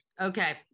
okay